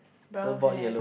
brown hair